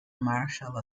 marshal